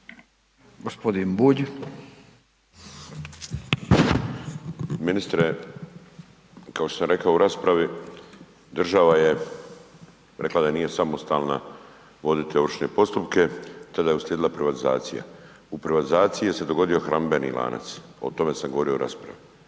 Miro (MOST)** Ministre, kao što sam rekao u raspravi država je rekla da nije samostalna voditi ovršne postupke, tada je uslijedila privatizacija. U privatizaciji se dogodio hranidbeni lanac, o tome sam govorio u raspravi.